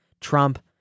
Trump